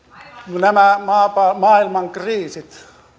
nämä maailman kriisit